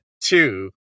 two